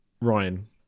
Ryan